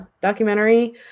documentary